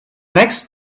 next